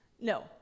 No